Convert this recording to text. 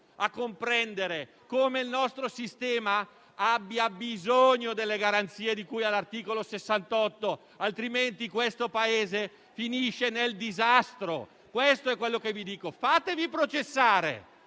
a comprendere come il nostro sistema abbia bisogno delle garanzie di cui all'articolo 68, altrimenti questo Paese finisce nel disastro. Questo è quanto vi dico: fatevi processare,